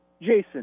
Jason